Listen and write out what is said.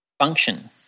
function